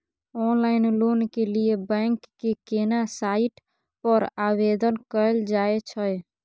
Online loan के लिए bank के केना साइट पर आवेदन कैल जाए छै?